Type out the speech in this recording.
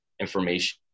information